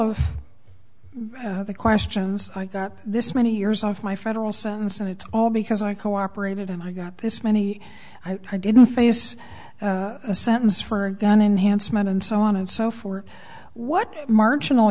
of the questions i got this many years of my federal sentence and it's all because i cooperated and i got this many i didn't face a sentence for gun enhanced men and so on and so for what marginal